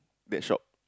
that shop